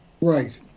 Right